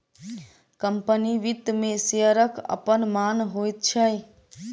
company वित्त मे शेयरक अपन मान होइत छै